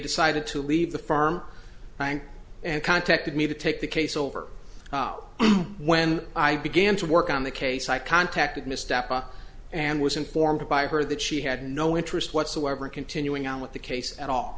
decided to leave the farm and contacted me to take the case over when i began to work on the case i contacted misstep and was informed by her that she had no interest whatsoever in continuing on with the case at all